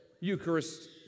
Eucharist